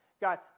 God